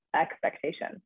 expectation